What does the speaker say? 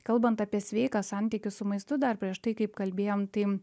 kalbant apie sveiką santykį su maistu dar prieš tai kaip kalbėjom tai